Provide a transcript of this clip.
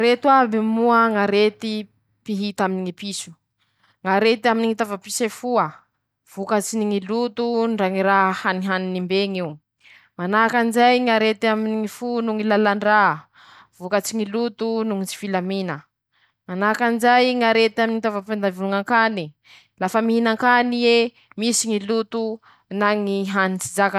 Reto aby moa ñarety mpihita aminy ñy piso: -ñarety aminy ñy taovam-pisefoa vokatsinyñy loto, ndra ñy raha hanihaniny mbeñy io.-, manahaky anizay ñarety aminy ñy fo noho ñy lalan- dra; vokatsy ñy loto noho ñy tsy filamina. -Manahaky anizay ñarety aminy ñy taovam- pandevoñan- kany, lafa mihinan- kany iiiee misy ñy loto na ñy hany tsy zakany.